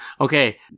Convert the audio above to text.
Okay